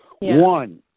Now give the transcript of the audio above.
One